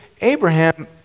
Abraham